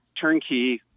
turnkey